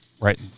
right